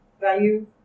value